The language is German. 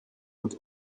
und